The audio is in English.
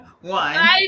One